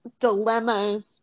dilemmas